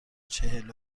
چهل